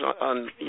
on